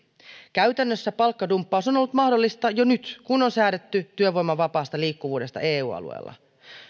käytännössä palkkadumppaus on ollut mahdollista jo nyt kun on säädetty työvoiman vapaasta liikkuvuudesta eu alueella